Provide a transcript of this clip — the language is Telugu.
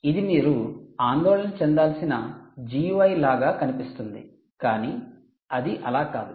ఇది మీరు ఆందోళన చెందాల్సిన లాగా కనిపిస్తుంది కానీ అది అలా కాదు